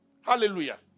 Hallelujah